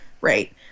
right